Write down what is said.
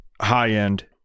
high-end